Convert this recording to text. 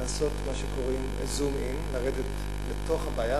לעשות zoom in: לרדת לתוך הבעיה,